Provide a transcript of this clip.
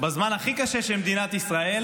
בו בזמן הכי קשה של מדינת ישראל